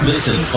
Listen